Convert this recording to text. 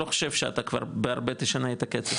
לא חושב שאתה כבר בהרבה תשנה את הקצב,